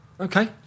Okay